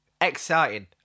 Exciting